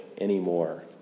anymore